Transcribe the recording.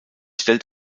stellt